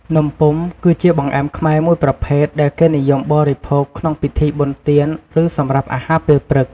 នំពុម្ព គឺជាបង្អែមខ្មែរមួយប្រភេទដែលគេនិយមបរិភោគ ក្នុងពិធីបុណ្យទាន ឬសម្រាប់អាហារពេលព្រឹក។